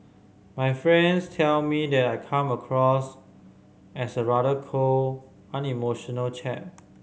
my friends tell me that I come across as a rather cold unemotional chap